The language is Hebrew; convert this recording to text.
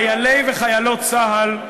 גברתי היושבת-ראש, חיילי וחיילות צה"ל,